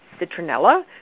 citronella